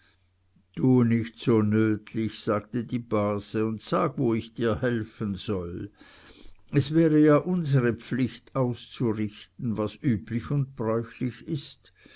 tue nicht so nötlich sagte die base und sag wo ich dir helfen soll es wäre ja unsere pflicht auszurichten was üblich und bräuchlich ist